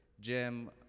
Jim